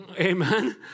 Amen